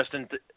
Justin